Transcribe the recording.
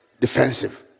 Defensive